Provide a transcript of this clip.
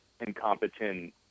incompetent